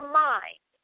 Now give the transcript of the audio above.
mind